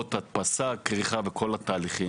לרבות הדפסה, כריכה וכל התהליכים.